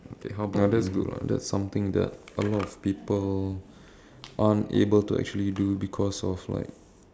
ya that's good lah that's something that a lot people aren't able to actually do because like